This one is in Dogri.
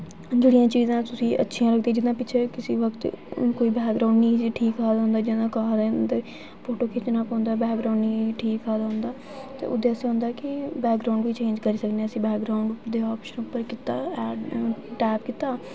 जेह्ड़ियां चीजां तुसें ई अच्छियां लगदियां जि'यां पिच्छै कुसै बेल्लै कोई बैकग्राउंड निं ठीक हा उं'दा जंदू कुसै दिन फोटू खिच्चना पौंदा बैकग्राउंड निं ठीक हा उं'दा ते ओह्दे आस्तै होंदा कि बैकग्राउंड बी चेंज करी सकने अस बैकग्राउंड दे आप्शन उप्पर कीता टैप कीता